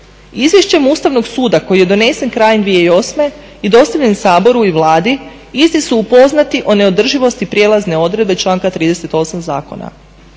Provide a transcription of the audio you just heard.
Izvješćem Ustavnog suda koji je donesen krajem 2008. je dostavljen Saboru i Vladi, isti su upoznati o neodrživosti prijelazne odredbe članka 38. zakona.